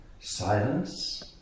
silence